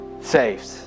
saved